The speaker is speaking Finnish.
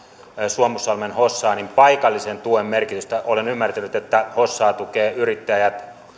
suomussalmen hossaa paikallisen tuen merkitystä olen ymmärtänyt että hossaa tukevat yrittäjät